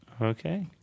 Okay